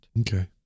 Okay